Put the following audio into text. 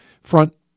front